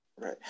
Right